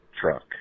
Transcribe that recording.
truck